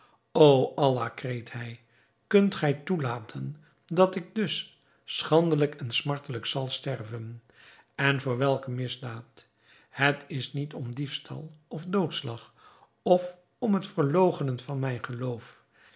o allah kreet hij kunt gij toelaten dat ik dus schandelijk en smartelijk zal sterven en voor welke misdaad het is niet om diefstal of doodslag of om het verloochenen van mijn geloof